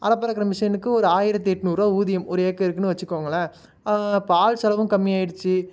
அறப்பறுக்கிற மிஷினுக்கு ஒரு ஆயிரத்தி எட்நூறுபா ஊதியம் ஒரு ஏக்கருக்குன்னு வச்சுக்கங்களேன் இப்போ ஆள் செலவும் கம்மியாயிடுச்சு